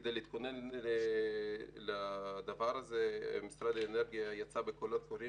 כדי להתכונן לדבר הזה משרד האנרגיה יצא בקולות קוראים